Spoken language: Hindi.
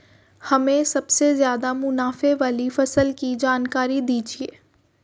हमें सबसे ज़्यादा मुनाफे वाली फसल की जानकारी दीजिए